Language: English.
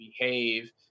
behave